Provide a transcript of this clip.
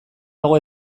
dago